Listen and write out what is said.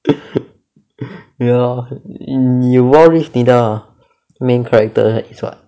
ya in you all reach Tinder ah main character is what